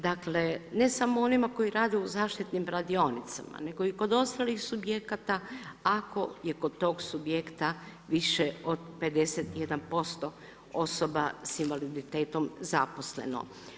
Dakle ne samo onima koji rade u zaštitnim radionicama nego i kod ostalih subjekata ako je kod tog subjekta više od 51% osoba s invaliditetom zaposleno.